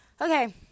okay